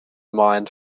mind